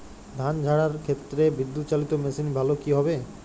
ধান ঝারার ক্ষেত্রে বিদুৎচালীত মেশিন ভালো কি হবে?